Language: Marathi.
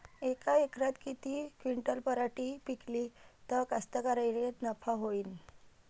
यका एकरात किती क्विंटल पराटी पिकली त कास्तकाराइले नफा होईन?